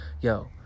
yo